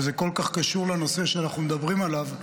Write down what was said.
וזה כל כך קשור לנושא שאנחנו מדברים עליו,